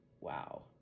wow